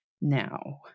now